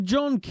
John